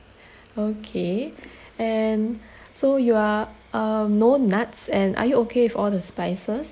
okay and so you are um no nuts and are you okay with all the spices